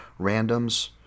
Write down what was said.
randoms